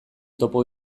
topo